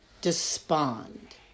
Despond